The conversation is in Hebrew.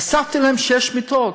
והוספתי להם שש מיטות.